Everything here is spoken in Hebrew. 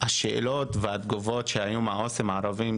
השאלות והתגובות שנשמעו מהעו״סים הערבים,